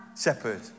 shepherd